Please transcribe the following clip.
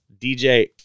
DJ